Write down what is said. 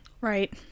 Right